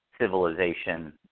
civilization